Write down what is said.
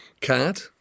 Cat